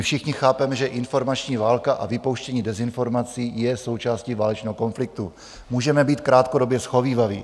Všichni chápeme, že je informační válka a vypouštění dezinformací je součástí válečného konfliktu, můžeme být krátkodobě shovívaví.